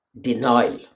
denial